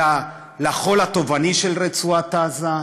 אלא לחול הטובעני של רצועת-עזה?